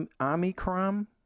Omicron